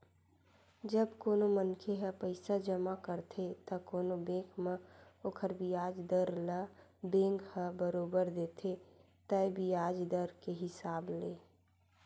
जब कोनो मनखे ह पइसा जमा करथे त कोनो बेंक म ओखर बियाज दर ल बेंक ह बरोबर देथे तय बियाज दर के हिसाब ले